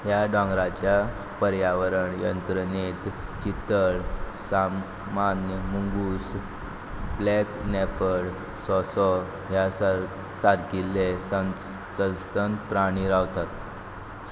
ह्या दोंगराच्या पर्यावरण यंत्रणेंत चितळ सामान्य मुंगूस ब्लॅक नॅपड सोंसो ह्या सार सारकिल्ले संस सस्तन प्राणी रावतात